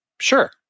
sure